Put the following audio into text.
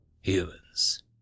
Humans